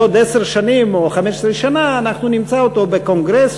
בעוד עשר שנים או 15 שנה אנחנו נמצא אותו בקונגרס